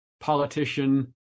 politician